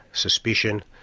suspicion,